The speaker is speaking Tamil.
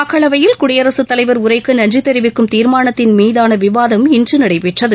மக்களவையில் குடியரசுத் தலைவர் உரைக்கு நன்றி தெரிவிக்கும் தீர்மானத்தின் மீதான விவாதம் இன்று நடைபெற்றது